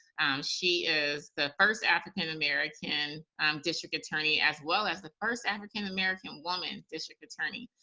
she is the first african american um district attorney as well as the first african american woman district attorney.